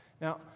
Now